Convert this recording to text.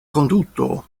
konduto